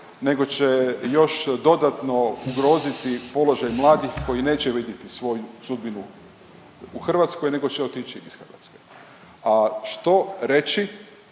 nego će još dodatno ugroziti položaj mladih koji neće vidjeti svoju sudbinu u Hrvatskoj nego će otići iz Hrvatske. A što reći